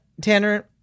tanner